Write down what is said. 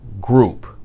group